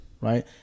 right